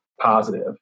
positive